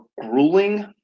grueling